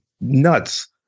nuts